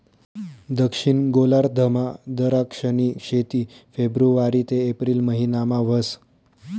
दक्षिण गोलार्धमा दराक्षनी शेती फेब्रुवारी ते एप्रिल महिनामा व्हस